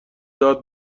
داد